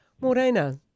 Morena